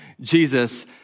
Jesus